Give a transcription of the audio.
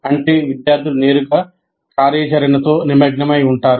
అంటే విద్యార్థులు నేరుగా కార్యాచరణతో నిమగ్నమై ఉంటారు